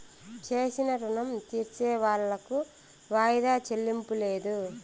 చేసిన రుణం తీర్సేవాళ్లకు వాయిదా చెల్లింపు లేదు